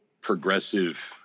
progressive